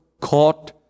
caught